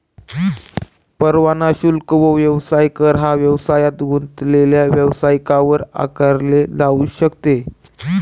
परवाना शुल्क व व्यवसाय कर हा व्यवसायात गुंतलेले व्यावसायिकांवर आकारले जाऊ शकते